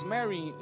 Mary